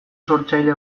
sortzaile